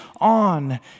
on